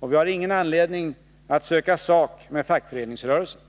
Och vi har ingen anledning att söka sak med fackföreningsrörelsen.